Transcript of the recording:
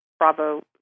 Bravo